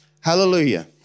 Hallelujah